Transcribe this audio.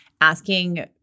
asking